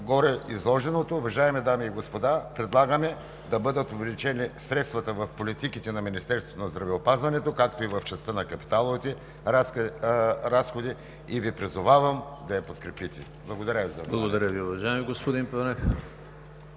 гореизложеното, уважаеми дами и господа, предлагаме да бъдат увеличени средствата в политиките на Министерството на здравеопазването, както и в частта на капиталовите разходи, и Ви призовавам да я подкрепите. Благодаря Ви за